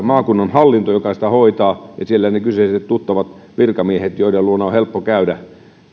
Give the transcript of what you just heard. maakunnan hallinto joka sitä hoitaa ja siellä ne kyseiset tuttavat virkamiehet joiden luona on helppo käydä